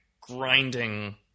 grinding